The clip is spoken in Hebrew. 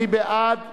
מי בעד?